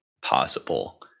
possible